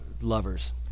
lovers